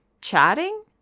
chatting